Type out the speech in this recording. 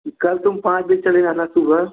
कल तुम पाँच बजे चले जाना सुबह